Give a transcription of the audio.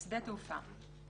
"שדה תעופה"